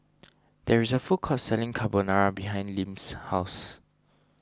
there is a food court selling Carbonara behind Lim's house